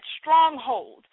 stronghold